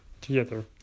together